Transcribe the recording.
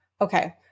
Okay